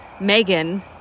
Megan